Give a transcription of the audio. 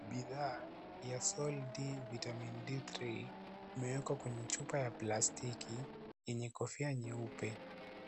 Bidhaa ya Sol-D Vitamini D3 imewekwa kwenye chupa ya plastiki yenye kofia nyeupe.